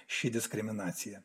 ši diskriminacija